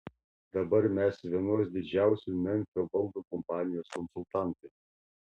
dabar mes vienos didžiausių memfio baldų kompanijų konsultantai